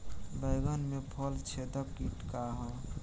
बैंगन में फल छेदक किट का ह?